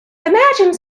imagines